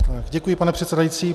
Děkuji, pane předsedající.